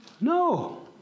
no